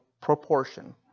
proportion